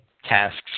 tasks